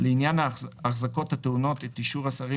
לעניין החזקות הטעונות את אישור השרים